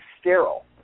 sterile